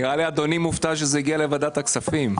נראה לי שאדוני מופתע שזה הגיע לוועדת הכספים.